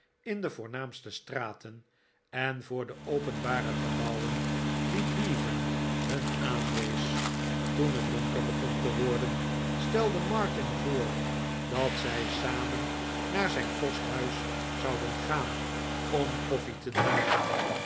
in de voornaamste straten en voor de opehbare gebouwen die bevan hun aanwees toen het donker begon te worden stelde martin voor dat zij samen naar zijn kosthuis zouden gaan om koffie te drinken